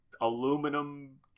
aluminum